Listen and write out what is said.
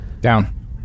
Down